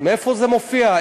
מאיפה זה מופיע?